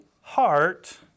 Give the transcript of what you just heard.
heart